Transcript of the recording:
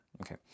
Okay